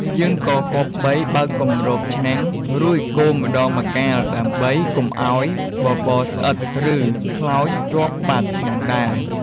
យើងក៏គប្បីបើកគម្របឆ្នាំង រួចកូរម្តងម្កាលដើម្បីកុំឱ្យបបរស្អិត ឬខ្លោចជាប់បាតឆ្នាំងដែរ។